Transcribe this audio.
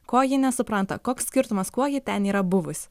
ko ji nesupranta koks skirtumas kuo ji ten yra buvusi